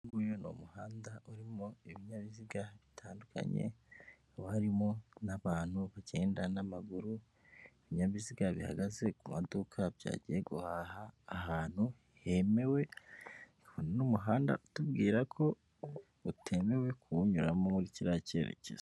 Uyu ni umuhanda urimo ibinyabiziga bitandukanye, hakaba harimo n'abantu bagenda n'amaguru, ibinyabiziga bihagaze ku maduka byagiye guhaha ahantu hemewe, uyu ni umuhanda utubwira ko utemewe kuwunyura muri kiriya cyerekezo.